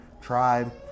tribe